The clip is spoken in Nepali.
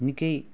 निकै